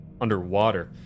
underwater